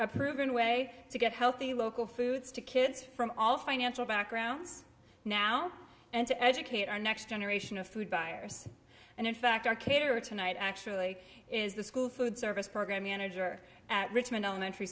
a proven way to get healthy local foods to kids from all financial backgrounds now and to educate our next generation of food buyers and in fact our caterer tonight actually is the school food service program manager at richmond elementary